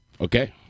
Okay